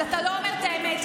אז אתה לא אומר את האמת,